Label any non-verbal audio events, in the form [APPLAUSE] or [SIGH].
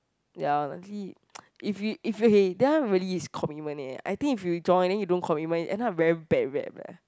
ya lucky [NOISE] if you if you okay that one is really commitment ah I think if you join then you don't commitment end up very bad very bad